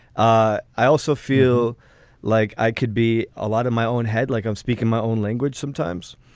ah i also feel like i could be a lot of my own head, like i'm speaking my own language sometimes.